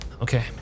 Okay